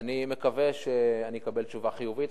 אני מקווה שאני אקבל תשובה חיובית.